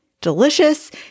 delicious